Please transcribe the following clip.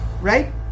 right